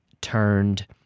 turned